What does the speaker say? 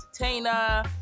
entertainer